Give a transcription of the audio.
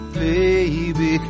baby